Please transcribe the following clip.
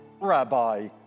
Rabbi